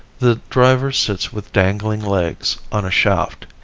the driver sits with dangling legs on a shaft.